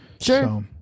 Sure